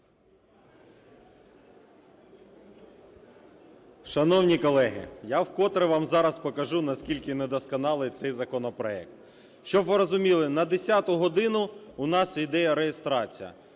Шановні колеги, я вкотре вам зараз покажу наскільки недосконалий цей законопроект. Щоб ви розуміли, на 10 годину у нас йде реєстрація.